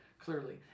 clearly